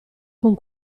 con